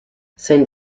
saint